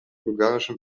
bulgarischen